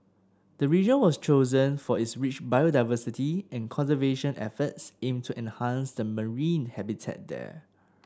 the region was chosen for its rich biodiversity and conservation efforts aim to enhance the marine habitat there